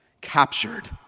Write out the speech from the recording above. captured